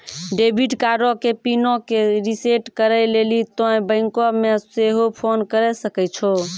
debit कार्डो के पिनो के रिसेट करै लेली तोंय बैंको मे सेहो फोन करे सकै छो